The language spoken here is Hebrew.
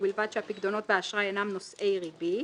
ובלבד שהפיקדונות והאשראי אינם נושאי ריבית."